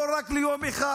לא רק ליום אחד.